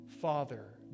father